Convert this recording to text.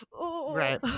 Right